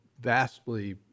vastly